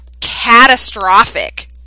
catastrophic